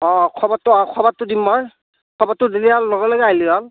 অ খবৰটো অ খবৰটো দিম মই খবৰটো দিলে আৰু লগে লগে আহিলেই হ'ল